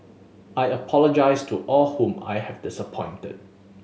I apologise to all whom I have disappointed